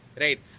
Right